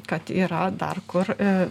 kad yra dar kur